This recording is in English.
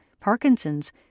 Parkinson's